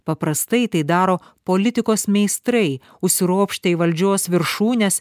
paprastai tai daro politikos meistrai užsiropštę į valdžios viršūnes